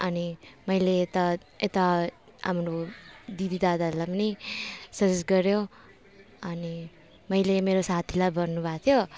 अनि मैले त यता हाम्रो दिदी दादाहरूलाई पनि सजेस्ट गर्यो अनि मैले मेरो साथीलाई भन्नुभएको थियो